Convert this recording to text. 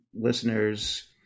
listeners